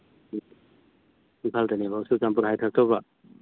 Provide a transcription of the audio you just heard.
ꯏꯝꯐꯥꯜꯗꯅꯦꯕ ꯑꯣ ꯆꯨꯔꯥꯆꯥꯟꯄꯨꯔꯗ ꯍꯥꯏꯊꯔꯛꯇꯣꯏꯕ